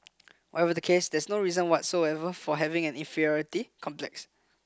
whatever the case there's no reason whatsoever for having an inferiority complex